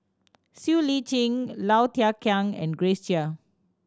Siow Lee Chin Low Thia Khiang and Grace Chia